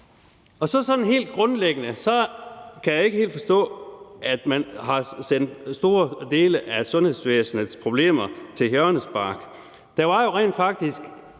sådan helt grundlæggende kan jeg ikke helt forstå, at man har sendt store dele af sundhedsvæsenets problemer til hjørnespark. Der var jo rent faktisk